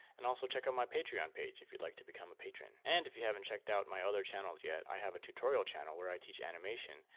and also check out my patreon page if you'd like to become a patron. and if you haven't checked out my other channels yet, i have a tutorial channel where i teach animation,